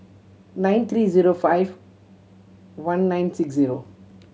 nine three zero five one nine six zero